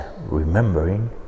remembering